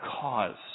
cause